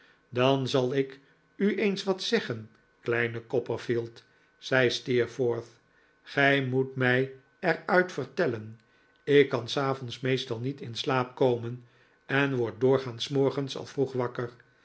dan zal ik u eens wat zeggen kleiiie copperfield zei steerforth gij moet mij er uit vertellen ik kan s avonds meestal niet in slaap komen en word doorgaans s morgens al vroeg wakker